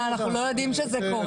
מה, אנחנו לא יודעים שזה קורה?